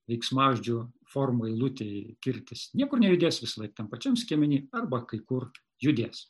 veiksmažodžių formų eilutėj kirtis niekur nejudės visąlaik tam pačiam skiemeny arba kai kur judės